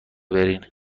برین